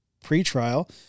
pretrial